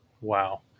Wow